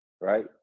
Right